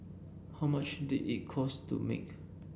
how much did it cost to make